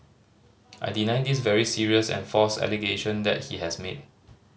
I deny this very serious and false allegation that he has made